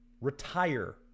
retire